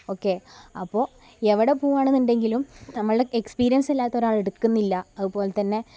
okay അപ്പോള് എവിടെ പോവാണെന്നുണ്ടെങ്കിലും നമ്മൾ എക്സ്പീരിയൻസ് ഇല്ലാത്ത ഒരാളെ എടുക്കുന്നില്ല അതുപോലെതന്നെ